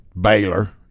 Baylor –